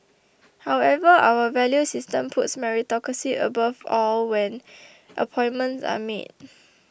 however our value system puts meritocracy above all when appointments are made